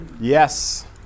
Yes